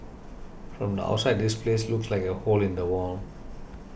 from the outside this place looks like a hole in the wall